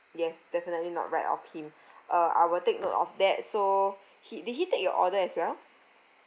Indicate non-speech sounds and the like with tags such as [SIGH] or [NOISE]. yes definitely not right of him [BREATH] uh I will take note of that so he did he take your order as well